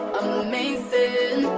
amazing